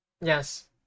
Yes